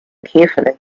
carefully